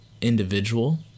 individual